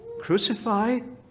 Crucified